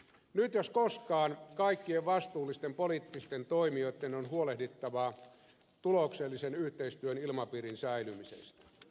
nyt jos koskaan kaikkien vastuullisten poliittisten toimijoiden on huolehdittava tuloksellisen yhteistyön ilmapiirin säilymisestä